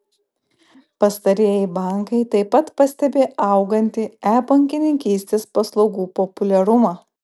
pastarieji bankai taip pat pastebi augantį e bankininkystės paslaugų populiarumą